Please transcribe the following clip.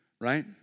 right